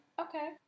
Okay